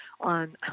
on